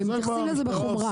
ומתייחסים לזה בחומרה.